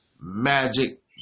Magic